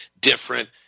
different